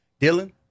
Dylan